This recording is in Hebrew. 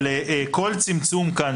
אבל כל צמצום כאן,